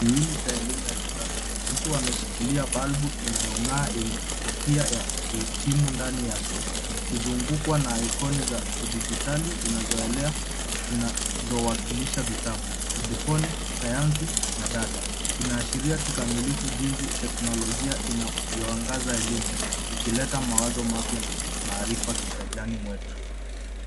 Hii ni elimu cha kisasa, mtu ameshikilia bulbu inayong'aa na kofia ya kuhitimu ndani yake ikizungukwa na ikoni za kidigitali zinazoelea na zinazowakilisha vitabu, hedifoni, sayansi na data. Inaashiria kikamilifu jinsi teknologia inavyoangaza elimu ikileta mawazo mapya na maarifa kigajani mwetu.